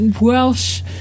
Welsh